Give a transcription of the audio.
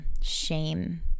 shame